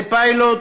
זה פיילוט